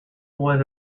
was